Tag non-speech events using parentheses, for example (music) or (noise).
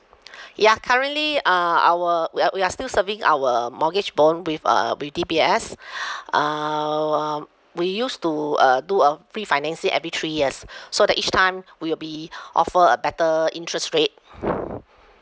ya currently uh our we are we are still serving our mortgage bond with uh with D_B_S (breath) uh um we used to uh do a refinancing every three years so that each time we will be offer a better interest rate